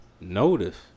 notice